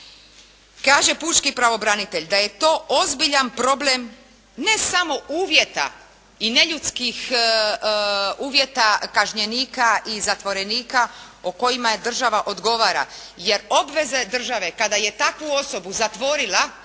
Kaže pučki pravobranitelj da je to ozbiljan problem ne samo uvjeta i neljudskih uvjeta kažnjenika i zatvorenika o kojima država odgovara, jer obveza je države kada je takvu osobu zatvorila